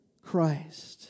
Christ